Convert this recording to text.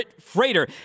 Freighter